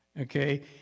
Okay